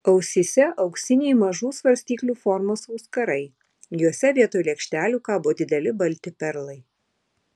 ausyse auksiniai mažų svarstyklių formos auskarai jose vietoj lėkštelių kabo dideli balti perlai